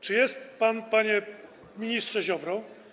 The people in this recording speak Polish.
Czy jest pan, panie ministrze Ziobro?